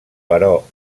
però